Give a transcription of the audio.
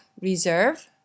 reserve